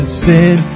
sin